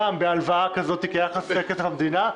גם בהלוואה כזאת, כי היה חסר כסף למדינה.